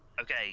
Okay